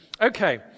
Okay